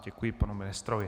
Děkuji i panu ministrovi.